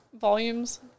volumes